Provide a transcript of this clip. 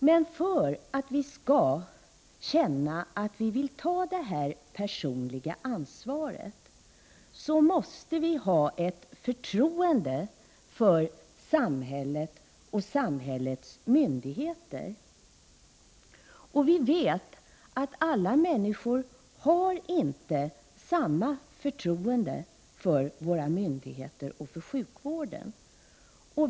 Men för att vi skall känna att vi vill ta detta personliga ansvar måste vi ha ett förtroende för samhället och samhällets Vi vet att alla människor inte har samma förtroende för våra myndigheter och för sjukvården.